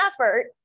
effort